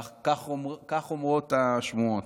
כך אומרות השמועות.